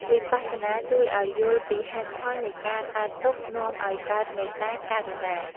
វិបស្សនាជួយឱ្យយល់ពីហេតុផលនៃការកើតទុក្ខ នាំឱ្យកើតមេត្តា ករុណា។